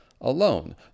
alone